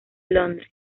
londres